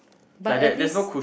but at least